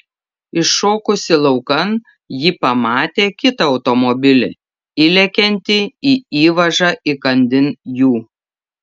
iššokusi laukan ji pamatė kitą automobilį įlekiantį į įvažą įkandin jų